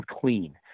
clean